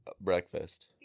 breakfast